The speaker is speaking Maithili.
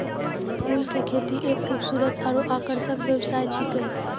फूल के खेती एक खूबसूरत आरु आकर्षक व्यवसाय छिकै